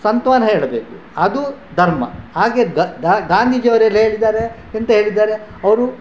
ಸಾಂತ್ವಾನ ಹೇಳಬೇಕು ಅದು ಧರ್ಮ ಹಾಗೆ ಧ್ ಗಾಂಧೀಜಿಯವರೆಲ್ಲ ಹೇಳಿದ್ದಾರೆ ಎಂತ ಹೇಳಿದ್ದಾರೆ ಅವರು